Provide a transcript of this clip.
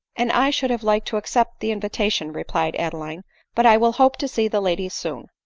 and i should have liked to accept the invitation, replied adeline but i will hope to see the ladies soon.